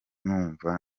numva